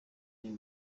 ayo